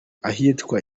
ahitwa